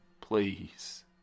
please